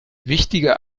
wichtige